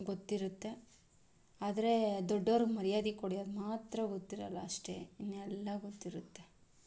ಗೊತ್ತಿರುತ್ತೆ ಆದರೆ ದೊಡ್ಡೋರಿಗೆ ಮರ್ಯಾದೆ ಕೊಡೋದು ಮಾತ್ರ ಗೊತ್ತಿರೋಲ್ಲ ಅಷ್ಟೆ ಇನ್ನೆಲ್ಲ ಗೊತ್ತಿರುತ್ತೆ